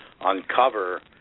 uncover